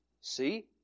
see